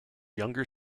younger